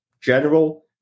general